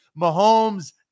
Mahomes